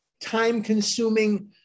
time-consuming